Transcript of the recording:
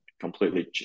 completely